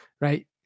right